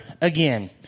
again